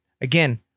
again